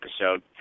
episode